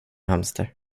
hamster